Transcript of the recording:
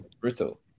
brutal